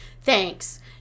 Thanks